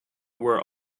were